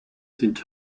sind